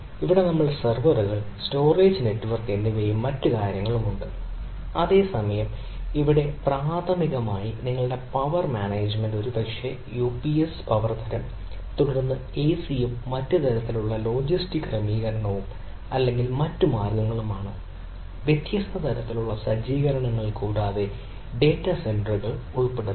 ഇവിടെ നമ്മൾക്ക് സെർവറുകൾ സ്റ്റോറേജ് നെറ്റ്വർക്ക് എന്നിവയും മറ്റ് കാര്യങ്ങളും ഉണ്ട് അതേസമയം ഇവിടെ പ്രാഥമികമായി നിങ്ങളുടെ പവർ മാനേജുമെന്റ് ഒരുപക്ഷേ യുപിഎസ് പവർ തരം തുടർന്ന് എസിയും മറ്റ് മൊത്തത്തിലുള്ള ലോജിസ്റ്റിക് ക്രമീകരണവും അല്ലെങ്കിൽ മറ്റ് മാർഗങ്ങളും ആണ് വ്യത്യസ്ത തരത്തിലുള്ള സജ്ജീകരണങ്ങൾ കൂടാതെ ഡേറ്റാ സെന്ററുകൾ ഉൾപ്പെടുത്തണം